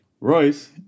Royce